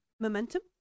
Momentum